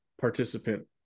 participant